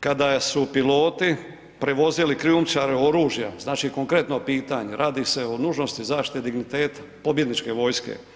kada su piloti prevozili krijumčare oružja, znači konkretno pitanje, radi se o nužnosti i zaštiti digniteta pobjedničke vojske.